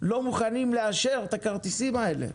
לא מוכנים לאשר את הכרטיסים האלה.